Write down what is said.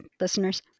listeners